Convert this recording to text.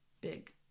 big